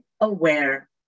aware